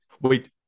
Wait